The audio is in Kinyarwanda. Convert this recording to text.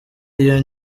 iyo